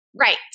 Right